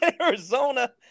Arizona